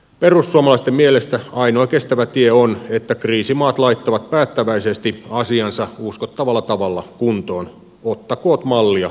perussuomalaisten mielestä ainoa kestävä tie on että kriisimaat laittavat päättäväisesti asiansa uskottavalla tavalla kuntoon ottakoot mallia islannista